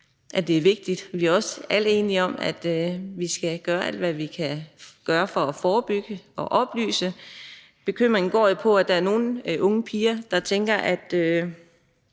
at det er vigtigt, og vi er også alle sammen enige om, at vi skal gøre alt, hvad vi kan, for at forebygge og oplyse. Bekymringen går jo på, at der er nogle unge piger, der måske